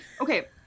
okay